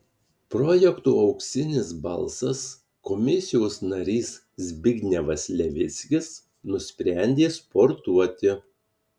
projekto auksinis balsas komisijos narys zbignevas levickis nusprendė sportuoti